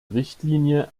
richtlinie